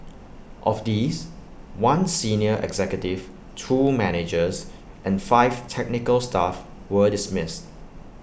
of these one senior executive two managers and five technical staff were dismissed